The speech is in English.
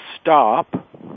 stop